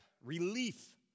relief